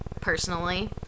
personally